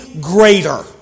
greater